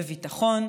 בביטחון,